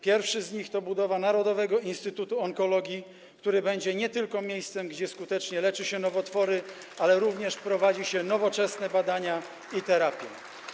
Pierwszy z nich to budowa Narodowego Instytutu Onkologii, który będzie miejscem, gdzie nie tylko skutecznie leczy się nowotwory, ale również prowadzi się nowoczesne badania i terapię.